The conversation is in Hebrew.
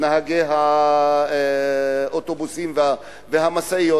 נהגי האוטובוסים והמשאיות?